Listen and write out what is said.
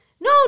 No